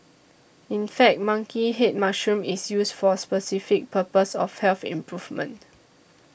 in fact monkey head mushroom is used for specific purpose of health improvement